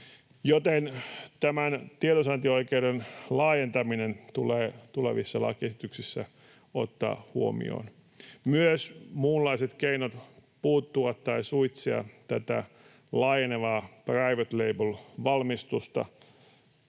tämän tiedonsaantioikeuden laajentaminen tulee tulevissa lakiesityksissä ottaa huomioon. Myös muunlaiset keinot puuttua tai suitsia tätä laajenevaa private label ‑valmistusta